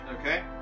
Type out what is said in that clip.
Okay